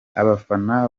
abafana